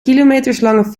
kilometerslange